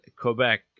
Quebec